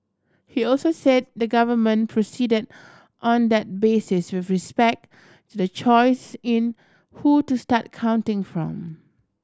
he also said the government proceeded on that basis with respect the choice in who to start counting from